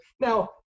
Now